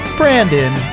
brandon